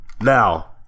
Now